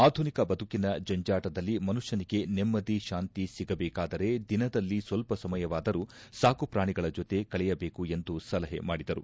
ಆಧುನಿಕ ಬದುಕಿನ ಜಂಜಾಟದಲ್ಲಿ ಮುನುಷ್ಟನಿಗೆ ನೆಮ್ದದಿ ಶಾಂತಿ ಸಿಗಬೇಕಾದರೆ ದಿನದಲ್ಲಿ ಸ್ನಲ್ಲ ಸಮಯವಾದರೂ ಸಾಕುಪ್ರಾಣಿಗಳ ಜೊತೆ ಕಳೆಯಬೇಕು ಎಂದು ಸಲಹೆ ಮಾಡಿದರು